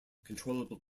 controllable